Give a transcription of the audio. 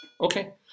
Okay